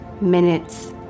minutes